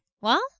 well-